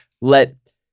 let